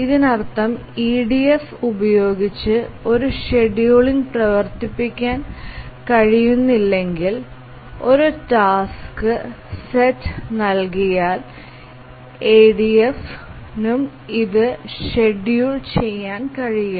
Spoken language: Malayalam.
ഇതിനർത്ഥം EDF ഉപയോഗിച്ച് ഒരു ഷെഡ്യൂൾ പ്രവർത്തിപ്പിക്കാൻ കഴിയുന്നില്ലെങ്കിൽ ഒരു ടാസ്ക് സെറ്റ് നൽകിയാൽ EDF നു ഇത് ഷെഡ്യൂൾ ചെയ്യാൻ കഴിയില്ല